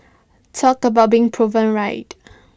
talk about being proven right